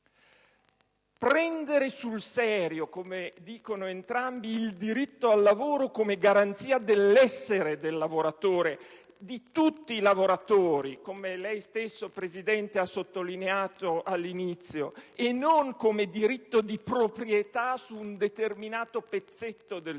«Prendere sul serio il diritto al lavoro, come garanzia dell'essere del lavoratore» - di tutti i lavoratori, come lei stesso Presidente ha sottolineato all'inizio - «e non come diritto di proprietà su di un determinato pezzetto del